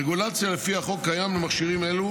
הרגולציה לפי החוק הקיים למכשירים אלו